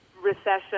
recession